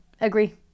agree